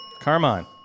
Carmine